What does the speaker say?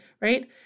right